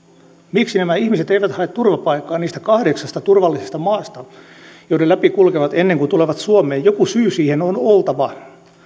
miksi nämä ihmiset eivät hae turvapaikkaa niistä kahdeksasta turvallisesta maasta joiden läpi kulkevat ennen kuin tulevat suomeen joku syy siihen on oltava